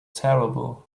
terrible